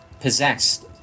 possessed